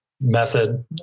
method